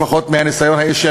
לפחות מהניסיון האישי,